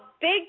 big